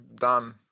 done